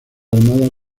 armadas